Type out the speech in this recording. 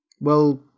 Well